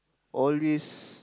always